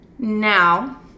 Now